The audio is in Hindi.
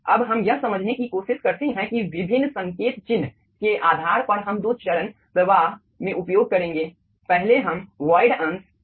अब हम यह समझने की कोशिश करते हैं कि विभिन्न संकेत चिन्ह के आधार पर हम दो चरण प्रवाह में उपयोग करेंगे